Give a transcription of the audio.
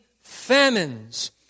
famines